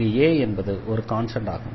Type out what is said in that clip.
இங்கு a என்பது ஒரு கான்ஸ்டண்ட் ஆகும்